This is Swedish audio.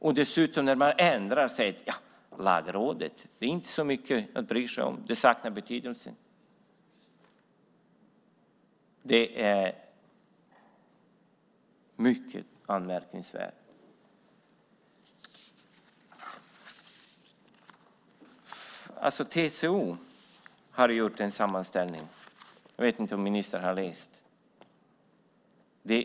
Och när man ändrar säger man dessutom att Lagrådet inte är så mycket att bry sig om, det saknar betydelse. Det är mycket anmärkningsvärt. TCO har gjort en sammanställning. Jag vet inte om ministern har läst den.